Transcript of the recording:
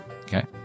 Okay